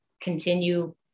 continue